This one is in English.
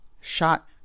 shot